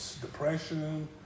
depression